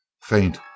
Faint